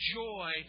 joy